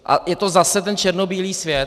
A je to zase ten černobílý svět.